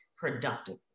productive